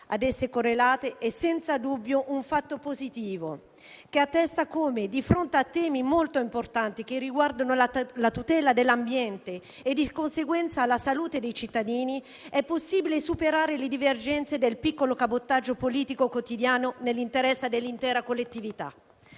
ad esso correlate è senza dubbio un fatto positivo che attesta come di fronte a temi molto importanti che riguardano la tutela dell'ambiente e di conseguenza la salute dei cittadini, è possibile superare le divergenze del piccolo cabotaggio politico quotidiano nell'interesse dell'intera collettività.